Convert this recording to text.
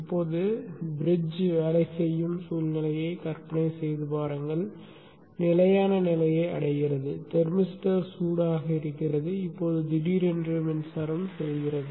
இப்போது பிரிட்ஜ் வேலை செய்யும் சூழ்நிலையை கற்பனை செய்து பாருங்கள் நிலையான நிலையை அடைகிறது தெர்மிஸ்டர் சூடாக இருக்கிறது இப்போது திடீரென்று மின்சாரம் செல்கிறது